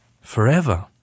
forever